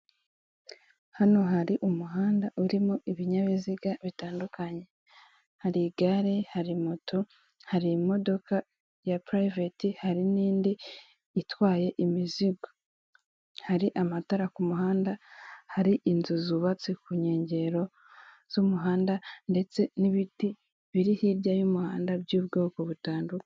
Hano hari umuhanda urimo ibinyabiziga bitandukanye. Hari igare, hari moto, hari imodoka ya purayiveti, hari n'indi itwaye imizigo. Hari amatara ku muhanda, hari inzu zubatse ku nkengero z'umuhanda, ndetse n'ibiti biri hirya y'umuhanda by'ubwoko butandukanye.